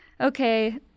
Okay